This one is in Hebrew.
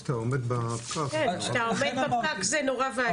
כשאתה עומד בפקק --- כשאתה עומד בפקק זה נורא ואיום.